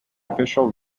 official